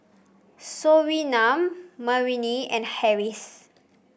Surinam Murni and Harris